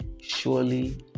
surely